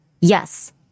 Yes